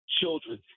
children